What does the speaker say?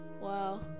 Wow